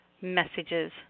messages